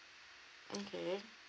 okay